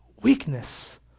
weakness